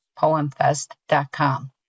poemfest.com